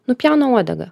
nupjauna uodegą